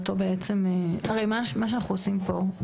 הרי מה שאנחנו עושים פה,